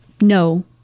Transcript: No